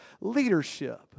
Leadership